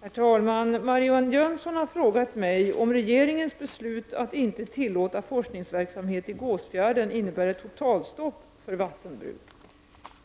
Herr talman! Marianne Jönsson har frågat mig om regeringens beslut att inte tillåta forskningsverksamhet i Gåsfjärden innebär ett totalstopp för vattenbruk.